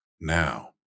Now